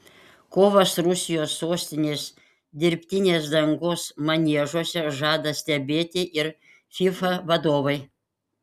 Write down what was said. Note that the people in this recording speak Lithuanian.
kovas rusijos sostinės dirbtinės dangos maniežuose žada stebėti ir fifa vadovai